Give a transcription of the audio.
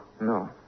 No